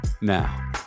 Now